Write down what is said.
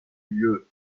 lieu